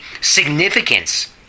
significance